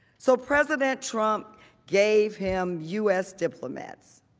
so president trump gave him u s. diplomats.